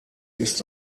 ist